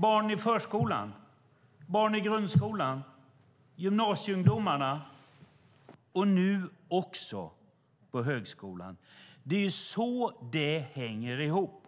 barn i förskolan, barn i grundskolan, gymnasieungdomarna och nu också studenter på högskolan. Det är så det hänger ihop.